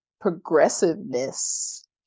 progressiveness